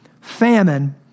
famine